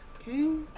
Okay